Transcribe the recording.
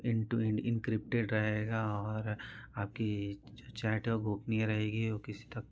in to encrypted रहेगा और आपकी जो चैट है गोपनीय रहेगी वह किसी तक